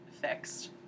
fixed